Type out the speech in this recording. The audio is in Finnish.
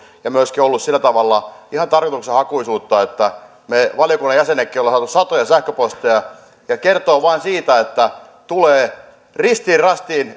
valmisteluun ja myöskin on ollut sillä tavalla ihan tarkoitushakuisuutta että me valiokunnan jäsenetkin olemme saaneet satoja sähköposteja se kertoo vain siitä että tulee ristiin rastiin